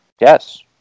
Yes